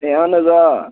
ہے اَہَن حظ آ